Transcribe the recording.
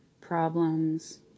problems